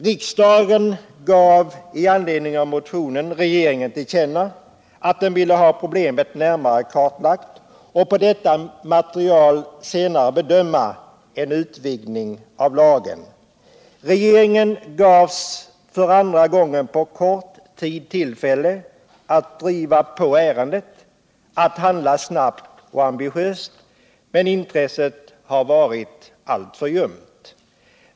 Riksdagen gav med anledning av motionen regeringen till känna att den ville ha problemen närmare kartlagda för att på grundval av detta material senare bedöma frågan om en utvidgning av lagen. Regeringen gavs för andra gången på kort tid tillfälle att driva på ärendet, att handla snabbt och ambitiöst, men intresset har varit alltför ljumt.